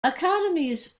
academies